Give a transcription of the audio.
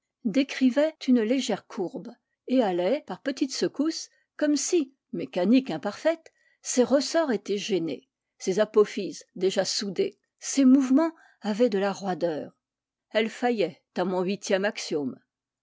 décrivait une légère courbe et allait par petites secousses com me si mécanique imparfaite ses ressorts étaient gênés ses apophyses déjà soudées ses mouvements avaient de la roideur elle faillait à mon huitième